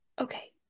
Okay